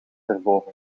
erboven